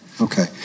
Okay